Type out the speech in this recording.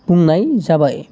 बुंनाय जाबाय